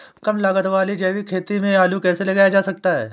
कम लागत वाली जैविक खेती में आलू कैसे लगाया जा सकता है?